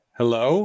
Hello